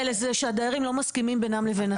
הוא שהדיירים לא מסכימים בינם לבין עצמם.